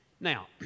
Now